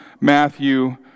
Matthew